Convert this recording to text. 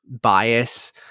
bias